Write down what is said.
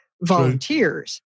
volunteers